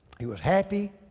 he was happy,